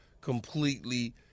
completely